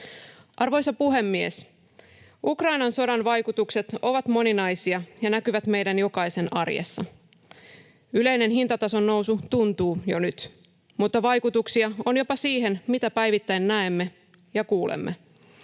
Arvoisa puhemies! Ukrainan sodan vaikutukset ovat moninaisia ja näkyvät meidän jokaisen arjessa. Yleinen hintatason nousu tuntuu jo nyt, mutta vaikutuksia on jopa siihen, mitä päivittäin näemme ja kuulemme.